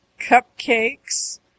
Cupcakes